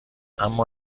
اما